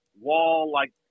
wall-like